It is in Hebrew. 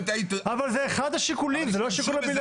אבל זה אחד השיקולים, זה לא השיקול העיקרי.